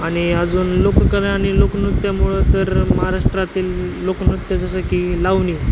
आणि अजून लोककवी आणि लोकनृत्यामुळं तर महाराष्ट्रातील लोकनृत्य जसं की लावणी